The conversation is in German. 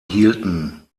hielten